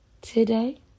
today